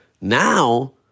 Now